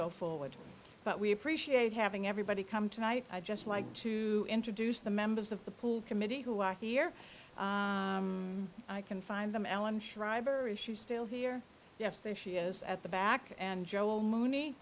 go forward but we appreciate having everybody come tonight i'd just like to introduce the members of the pool committee who are here i can find them allan schreiber is she still here yes there she is at the back and joel mooney